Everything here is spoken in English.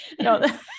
No